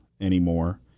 anymore